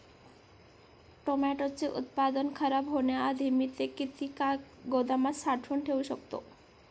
टोमॅटोचे उत्पादन खराब होण्याआधी मी ते किती काळ गोदामात साठवून ठेऊ शकतो?